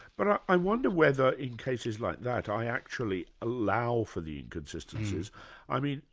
but i i wonder whether, in cases like that, i actually allow for the inconsistencies. i mean,